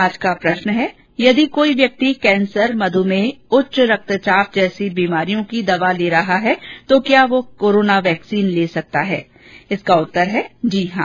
आज का प्रश्न है यदि कोई व्यक्ति कैंसर मधुमेह उच्च रक्तचाप जैसी बीमारियों की दवा ले रहा है तो क्या वह कोराना वैक्सीन ले सकता है इसेका उत्तर है जी हॉ